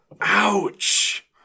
Ouch